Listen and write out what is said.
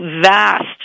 vast